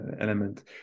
element